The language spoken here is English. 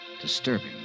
disturbing